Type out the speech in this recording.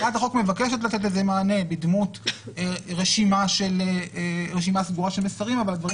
הצעת החוק מבקשת לתת לזה מענה בדמות רשימה סגורה של מסרים אבל הדברים